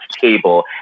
table